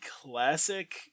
classic